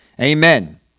Amen